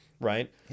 right